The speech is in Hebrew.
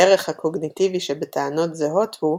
הערך הקוגניטיבי שבטענות זהות הוא,